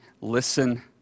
listen